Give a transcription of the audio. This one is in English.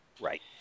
Right